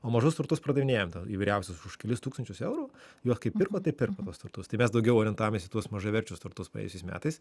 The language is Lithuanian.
o mažus turtus pardavinėjam įvairiausius už kelis tūkstančius eurų juos kaip pirko taip pirko tuos turtus tai mes daugiau orientavomės į tuos mažaverčius turtus praėjusiais metais